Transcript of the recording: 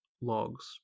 logs